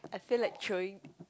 I feel like throwing